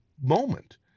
moment